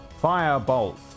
Firebolt